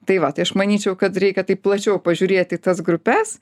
tai va tai aš manyčiau kad reikia taip plačiau pažiūrėti į tas grupes